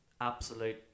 absolute